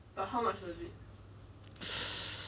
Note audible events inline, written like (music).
(noise)